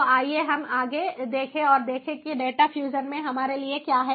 तो आइए हम आगे देखें और देखें कि डेटा फ्यूजन में हमारे लिए क्या है